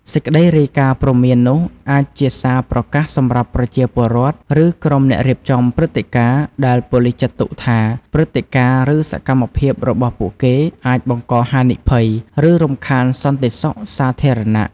សេចក្តីរាយការណ៍ព្រមាននោះអាចជាសារប្រកាសសំរាប់ប្រជាពលរដ្ឋ ឬក្រុមអ្នករៀបចំព្រឹត្តិការណ៍ដែលប៉ូលិសចាត់ទុកថា ព្រឹត្តិការណ៍ ឬសកម្មភាពរបស់ពួកគេ អាចបង្កហានិភ័យ ឬរំខានសន្តិសុខសាធារណៈ។